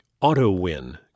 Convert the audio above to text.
Auto-win